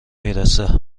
میرسه